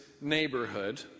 neighborhood